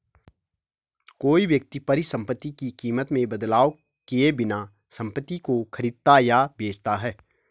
कोई व्यक्ति परिसंपत्ति की कीमत में बदलाव किए बिना संपत्ति को खरीदता या बेचता है